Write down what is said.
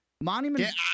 Monument